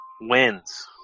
wins